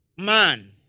man